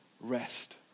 rest